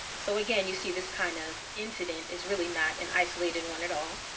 so again, you see this kind of incident is really not an isolated one at all.